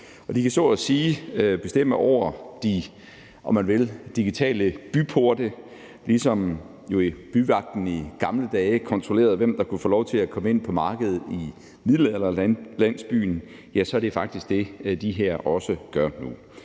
de kan så at sige bestemme over de, om man vil, digitale byporte. Ligesom byvagten i gamle dage jo kontrollerede, hvem der kunne få lov til at komme ind på markedet i middelalderlandsbyen, ja, så er det faktisk det, de her også gør nu.